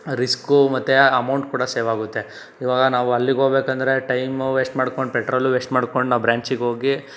risk ಮತ್ತು amount ಕೂಡ save ಆಗುತ್ತೆ ಇವಾಗ ನಾವು ಅಲ್ಲಿಗೆ ಹೋಗ್ಬೇಕಂದ್ರೆ ಟೈಮು ವೇಸ್ಟ್ ಮಾಡ್ಕೊಂಡು ಪೆಟ್ರೋಲೂ ವೇಸ್ಟ್ ಮಾಡ್ಕೊಂಡು ನಾವು ಬ್ರ್ಯಾಂಚಿಗೆ ಹೋಗಿ